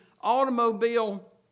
automobile